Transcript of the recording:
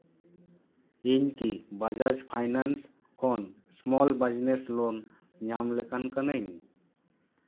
ᱤᱧ ᱠᱤ ᱵᱟᱡᱟᱡᱽ ᱯᱷᱟᱭᱱᱮᱱᱥ ᱠᱷᱚᱱ ᱥᱢᱚᱞ ᱵᱤᱡᱽᱱᱮᱥ ᱞᱳᱱ ᱧᱟᱢ ᱞᱮᱠᱟᱱ ᱠᱟᱹᱱᱟᱹᱧ